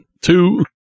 Two